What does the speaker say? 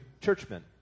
churchmen